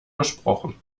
besprochen